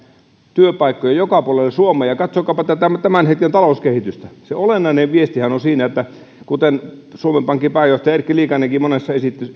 työpaikkoja joka puolelle suomea katsokaapa tämän hetken talouskehitystä se olennainen viestihän on siinä kuten suomen pankin pääjohtaja erkki liikanenkin monessa